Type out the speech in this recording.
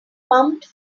pumped